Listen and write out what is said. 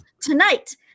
tonight